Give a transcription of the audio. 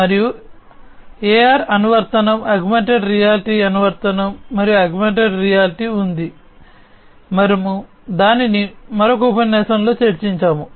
మరియు AR అనువర్తనం augmented reality అనువర్తనం మరియు ఆగ్మెంటెడ్ రియాలిటీ ఉంది మనము దానిని మరొక ఉపన్యాసంలో చర్చించాము